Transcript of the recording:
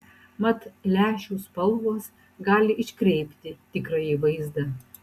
mat lęšių spalvos gali iškreipti tikrąjį vaizdą